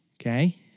Okay